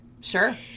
Sure